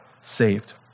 saved